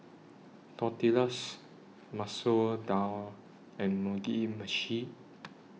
Tortillas Masoor Dal and Mugi Meshi